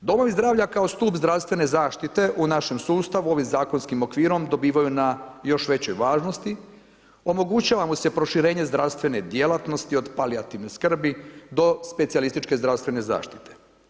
Domovi zdravlja kao stup zdravstvene zaštite u našem sustavu ovim zakonskim okvirom dobivaju na još većoj važnosti, omogućava mu se proširenje zdravstvene djelatnosti od palijativne skrbi do specijalističke zdravstvene zaštite.